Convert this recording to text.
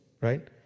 right